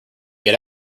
get